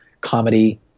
comedy